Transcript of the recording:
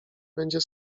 będzie